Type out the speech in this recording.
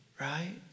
right